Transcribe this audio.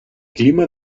clima